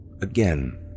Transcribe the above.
Again